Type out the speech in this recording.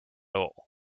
all